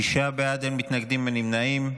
שישה בעד, אין מתנגדים, אין נמנעים.